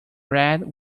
red